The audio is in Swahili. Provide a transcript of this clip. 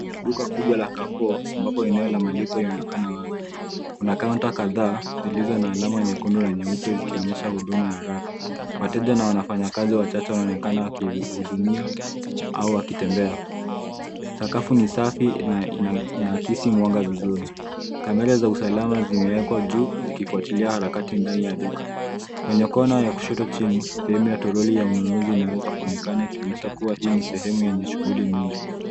Duka kubwa la Carrefour ambayo eneo ya malipo inaonekana wazi. Kuna kaunta kadhaa zilizo na alama nyekundu na nyeupe zikionyesha huduma ya haraka. Wateja na wafanyakazi wachache wanaonekana wakihudumia au wakitembea. Sakafu ni safi na inaakisi mwanga vizuri. Kamera za usalama zimewekwa juu vikifuatilia harakati ndani ya duka. Kwenye kona ya kushoto chini, ya toroli ya ununuzi inaonekana ikionyesha hii ni eneo yenye shughuli nyingi.